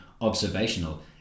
observational